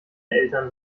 eltern